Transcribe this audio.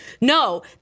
No